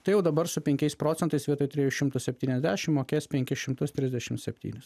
tai jau dabar su penkiais procentais vietoj trijų šimtų septyniasdešimt mokės penkis šimtus trisdešimt septynis